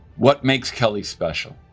what makes kelley special,